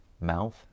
mouth